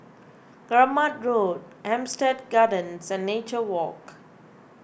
Keramat Road Hampstead Gardens and Nature Walk